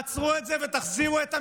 תעצרו את זה ותחזירו את המשוואה.